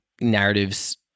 narratives